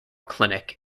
clinic